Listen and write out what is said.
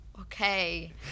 okay